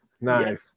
nice